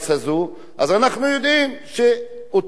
אז אנחנו יודעים שאותנו מפלים.